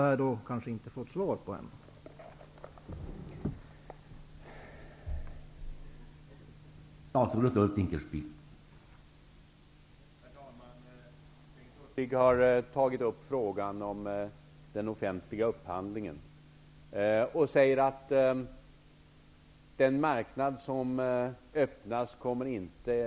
Jag har inte fått svar på detta ännu.